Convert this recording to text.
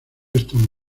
están